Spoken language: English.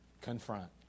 confront